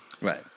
Right